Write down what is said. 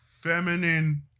feminine